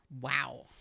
Wow